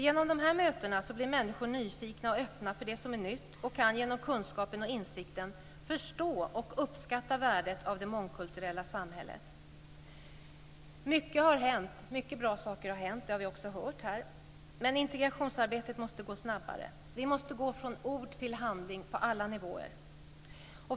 Genom dessa möten blir människor nyfikna och öppna för det som är nytt och kan genom kunskapen och insikten förstå och uppskatta värdet av det mångkulturella samhället. Mycket bra saker har hänt. Det har vi också hört här. Men integrationsarbetet måste gå snabbare. Vi måste gå från ord till handling på alla nivåer.